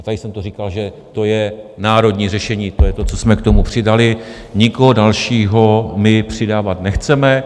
Tady jsem to říkal, že to je národní řešení, to je to, co jsme k tomu přidali, nikoho dalšího přidávat nechceme.